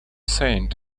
saint